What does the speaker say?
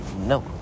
No